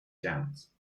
downs